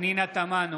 פנינה תמנו,